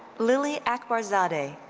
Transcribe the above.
lily akbarzadeh.